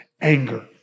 anger